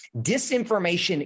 disinformation